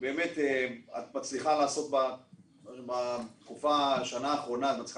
את מצליחה לעשות בשנה האחרונה משהו